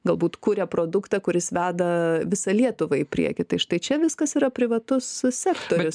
galbūt kuria produktą kuris veda visą lietuvą į priekį tai štai čia viskas yra privatus sektorius